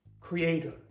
creator